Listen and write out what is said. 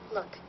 Look